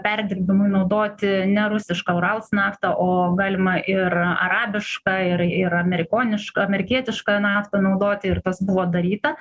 perdirbimui naudoti ne rusišką urals naftą o galima ir arabišką ir ir amerikonišką amerikietišką naftą naudoti ir tas buvo daryta